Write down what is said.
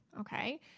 okay